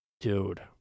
dude